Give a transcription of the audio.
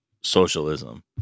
socialism